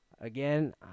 again